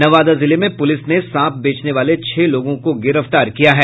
नवादा जिले में पुलिस ने सांप बेचने वाले छह लोगों को गिरफ्तार किया है